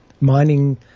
Mining